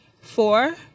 Four